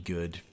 good